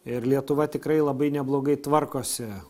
ir lietuva tikrai labai neblogai tvarkosi